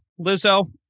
Lizzo